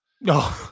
No